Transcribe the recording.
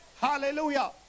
Hallelujah